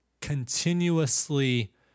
continuously